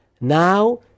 Now